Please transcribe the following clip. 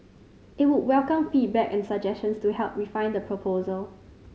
it would welcome feedback and suggestions to help refine the proposal